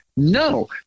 No